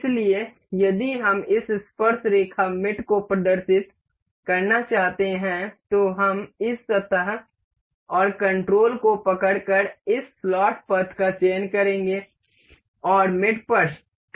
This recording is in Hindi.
इसलिए यदि हम इस स्पर्शरेखा मेट को प्रदर्शित करना चाहते हैं तो हम इस सतह और कण्ट्रोल को पकड़कर इस स्लॉट पथ का चयन करेंगे और मेट पर क्लिक करेंगे